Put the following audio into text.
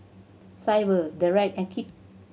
Syble Dereck and Kipp